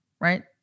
right